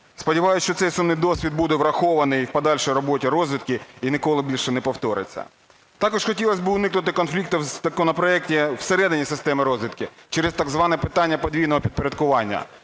Сподіваюсь, що цей сумний досвід буде врахований в подальшій роботі розвідки і ніколи більше не повториться. Також хотілось би уникнути конфліктів в законопроекті всередині системи розвідки через так зване питання подвійного підпорядкування.